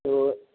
تو